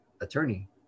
attorney